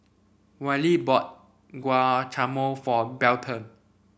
Wally bought Guacamole for Belton